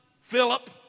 Philip